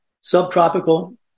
subtropical